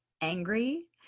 angry